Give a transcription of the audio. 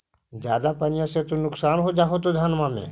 ज्यादा पनिया से तो नुक्सान हो जा होतो धनमा में?